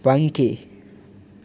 પંખી